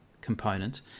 component